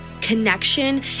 Connection